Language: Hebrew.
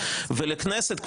ולכנסת,